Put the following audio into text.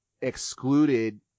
excluded